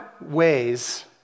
ways